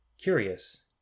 Curious